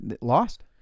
lost